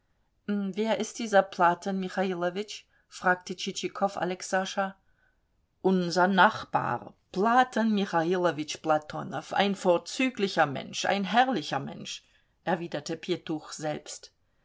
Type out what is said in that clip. wer ist dieser platon michailowitsch fragte tschitschikow alexascha unser nachbar platon michailowitsch platonow ein vorzüglicher mensch ein herrlicher mensch erwiderte pjetuch selbst